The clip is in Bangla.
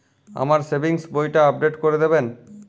আমার সেভিংস বইটা আপডেট করে দেবেন?